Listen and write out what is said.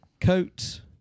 coat